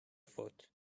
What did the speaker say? foot